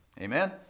Amen